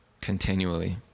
continually